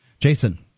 Jason